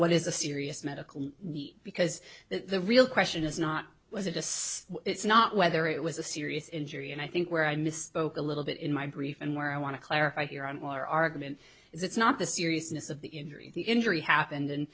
what is a serious medical because the real question is not was it just it's not whether it was a serious injury and i think where i misspoke a little bit in my brief and where i want to clarify here on our argument is it's not the seriousness of the injury the injury happened and